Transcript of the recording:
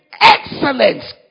excellence